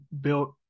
built